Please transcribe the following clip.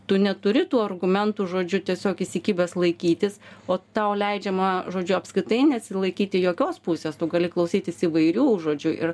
tu neturi tų argumentų žodžiu tiesiog įsikibęs laikytis o tau leidžiama žodžiu apskritai nesilaikyti jokios pusės tu gali klausytis įvairių žodžiu ir